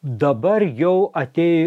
dabar jau atėjo